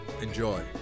Enjoy